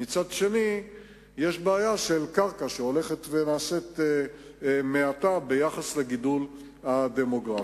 ומצד שני יש בעיה של קרקע שהולכת ונעשית מעטה ביחס לגידול הדמוגרפי.